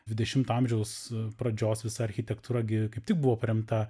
dvidešimto amžiaus pradžios visa architektūra gi kaip tik buvo paremta